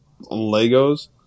Legos